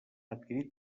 adquirir